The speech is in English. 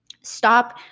stop